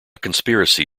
conspiracy